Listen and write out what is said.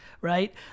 right